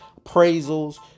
appraisals